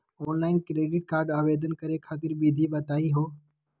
Online credit card आवेदन करे खातिर विधि बताही हो?